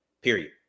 period